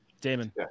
Damon